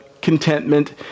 Contentment